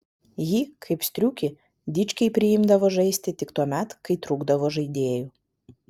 jį kaip striukį dičkiai priimdavo žaisti tik tuomet kai trūkdavo žaidėjų